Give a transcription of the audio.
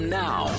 now